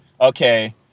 Okay